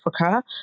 Africa